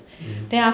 mm